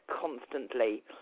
constantly